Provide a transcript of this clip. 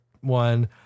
one